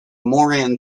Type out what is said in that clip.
moran